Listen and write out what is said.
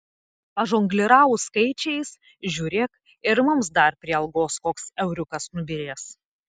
pažongliravus skaičiais žiūrėk ir mums dar prie algos koks euriukas nubyrės